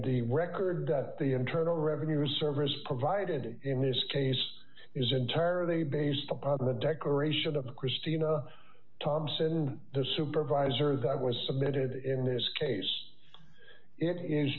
the record the internal revenue service provided in this case is entirely based upon the declaration of the christina thompson the supervisor that was submitted in this case it is